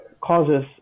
causes